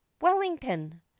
wellington